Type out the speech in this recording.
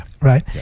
right